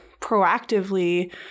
proactively